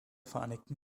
vereinigten